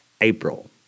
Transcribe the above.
April